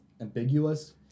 ambiguous